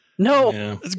No